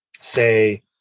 say